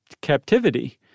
captivity